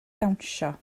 dawnsio